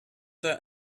the